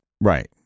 Right